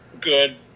good